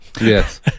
Yes